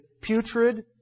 putrid